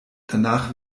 danach